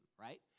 right